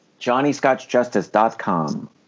johnnyscotchjustice.com